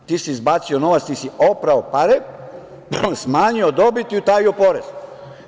Ti si izbacio novac, ti si oprao pare, smanjio dobit i utajio porez.